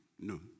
No